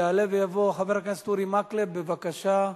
יעלה ויבוא חבר הכנסת אורי מקלב, בבקשה,